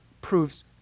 proves